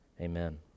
amen